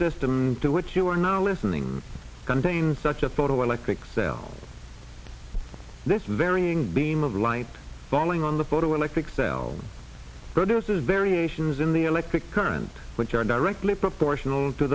system to which you are now listening contains such a photo electric cell this varying beam of light falling on the photoelectric cell produces variations in the electric current which are directly proportional to